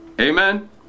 Amen